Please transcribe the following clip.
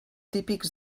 típics